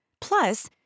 Plus